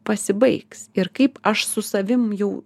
pasibaigs ir kaip aš su savimi jau